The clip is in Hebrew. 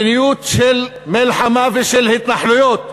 מדיניות של מלחמה ושל התנחלויות.